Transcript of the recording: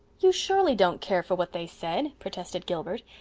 you surely don't care for what they said, protested gilbert.